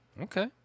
Okay